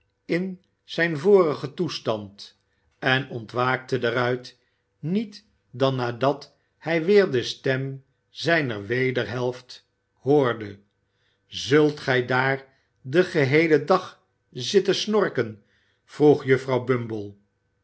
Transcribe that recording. in zijn vorigen toestand en ontwaakte daaruit niet dan nadat hij weer de stem zijner wederhelft hoorde zult gij daar den geheelen dag zitten snorken vroeg juffrouw